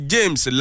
James